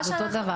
אותו דבר.